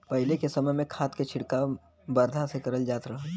पहिले के समय में खाद के छिड़काव बरधा से करल जात रहल